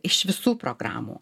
iš visų programų